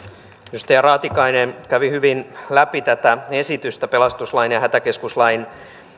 edustaja raatikainen kävi hyvin läpi tätä esitystä pelastuslain ja hätäkeskuslain